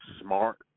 smart